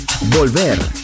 volver